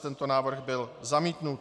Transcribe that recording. Tento návrh byl zamítnut.